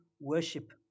worship